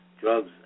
Drugs